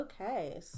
okay